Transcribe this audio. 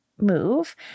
move